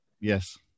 Yes